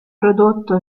prodotto